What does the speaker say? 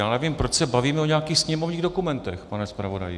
Nevím, proč se bavíme o nějakých sněmovních dokumentech, pane zpravodaji.